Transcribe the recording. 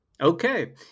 Okay